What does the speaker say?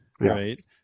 right